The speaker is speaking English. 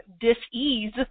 dis-ease